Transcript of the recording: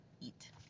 eat